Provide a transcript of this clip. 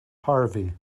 harvey